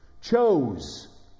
Chose